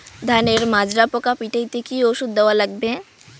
ধানের মাজরা পোকা পিটাইতে কি ওষুধ দেওয়া লাগবে?